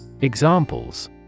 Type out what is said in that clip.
Examples